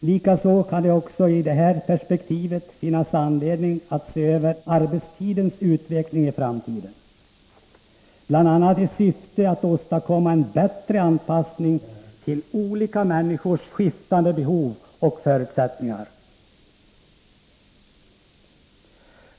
Likaså kan det i sammanhanget finnas anledning att se över arbetstidens utveckling i framtiden, bl.a. i syfte att åstadkomma en bättre anpassning till olika människors skiftande behov och förutsättningar.